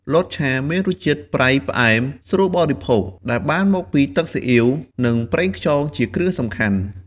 លតឆា មានរសជាតិប្រៃផ្អែម ស្រួលបរិភោគ ដែលបានមកពីទឹកស៊ីអ៊ីវ និងប្រេងខ្យងជាគ្រឿងសំខាន់។